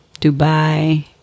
Dubai